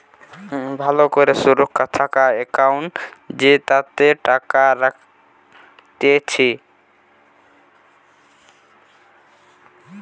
ভালো করে সুরক্ষা থাকা একাউন্ট জেতাতে টাকা রাখতিছে